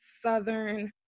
Southern